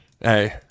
hey